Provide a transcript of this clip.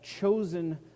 chosen